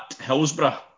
Hillsborough